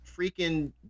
freaking